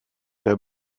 der